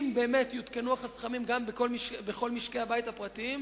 אם באמת יותקנו חסכמים גם בכל משקי-הבית הפרטיים,